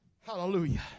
hallelujah